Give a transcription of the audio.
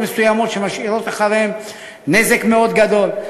מסוימות שמשאירות אחריהן נזק מאוד גדול.